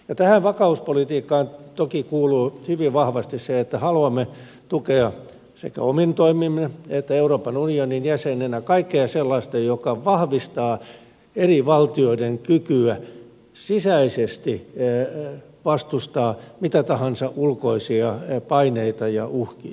tähän vakauspolitiikkaan toki kuuluu hyvin vahvasti se että haluamme tukea sekä omin toimin että euroopan unionin jäsenenä kaikkea sellaista mikä vahvistaa eri valtioiden kykyä sisäisesti vastustaa mitä tahansa ulkoisia paineita ja uhkia